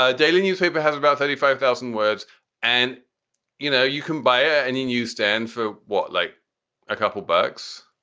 ah daily newspaper has about thirty five thousand words and you know, you can buy ah it. and then you stand for what, like a couple bucks,